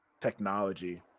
technology